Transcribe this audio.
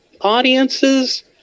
audiences